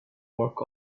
work